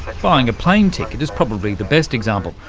buying a plane ticket is probably the best example,